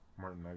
Martin